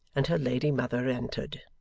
and her lady mother entered.